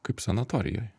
kaip sanatorijoj